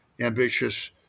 ambitious